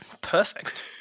perfect